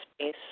space